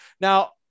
Now